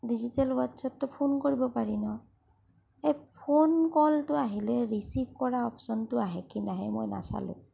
digital ৱাটছতটো phone কৰিব পাৰি ন সেই ফোন কলটো আহিলে ৰিচিফ কৰা অপছনটো আহে কি নাহে মই নাচালো